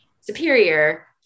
superior